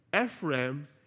Ephraim